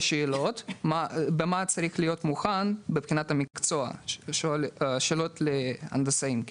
רב של שאלות להכנה לבחינת המקצוע, שאלות להנדסאים.